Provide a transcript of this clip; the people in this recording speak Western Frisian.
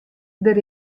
der